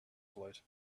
float